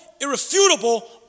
irrefutable